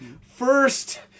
first